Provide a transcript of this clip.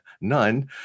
none